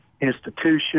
institution